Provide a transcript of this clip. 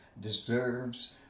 deserves